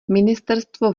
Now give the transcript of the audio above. ministerstvo